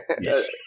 Yes